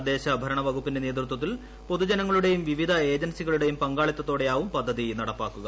തദ്ദേശ ഭരണവകുപ്പിന്റെ നേതൃത്വത്തിൽ പൊതുജനങ്ങളുടെയും വിവിധ ഏജൻസികളുടെയും പങ്കാളിത്ത്തോടെയാകും പദ്ധതി നടപ്പാക്കുക